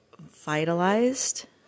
vitalized